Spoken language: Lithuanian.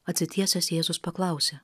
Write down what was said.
atsitiesęs jėzus paklausė